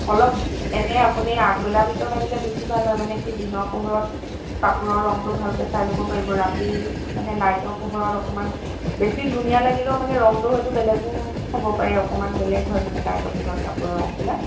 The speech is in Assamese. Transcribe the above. অলপ এনে আপুনি আগবেলা ভিতৰত আহিলে বেছি ভাল হয় মানে কি দিনৰ পোহৰত কাপোৰৰ ৰং টো ভালকৈ চাই লব পাৰিব ৰাতি মানে ৰাতি লাইটৰ পোহৰত অকণমান বেছি ধুনীয়া লাগিলেও মানে ৰং টো হয়টো বেলেগো হ'ব পাৰে অকণমান বেলেগ হয় মানে লাইটৰ পোহৰত কাপোৰৰ ৰং বিলাক